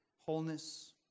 wholeness